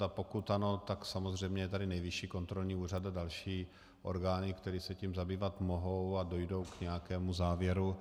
A pokud ano, tak samozřejmě je tady Nejvyšší kontrolní úřad a další orgány, které se tím zabývat mohou a dojdou k nějakému závěru.